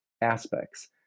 aspects